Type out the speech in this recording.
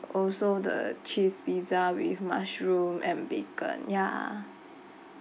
also the cheese pizza with mushroom and bacon ya